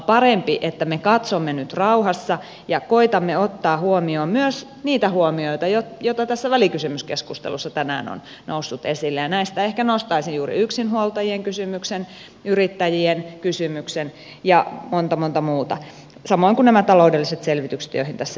parempi että me katsomme nyt rauhassa ja koetamme ottaa huomioon myös niitä huomioita joita tässä välikysymyskeskustelussa tänään on noussut esille ja näistä ehkä nostaisin juuri yksinhuoltajien kysymyksen yrittäjien kysymyksen ja monta monta muuta samoin kuin nämä taloudelliset selvitykset joihin tässä juuri äsken viitattiin